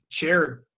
Chair